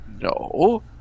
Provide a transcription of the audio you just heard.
No